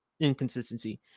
inconsistency